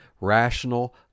rational